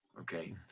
Okay